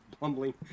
bumbling